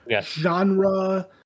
genre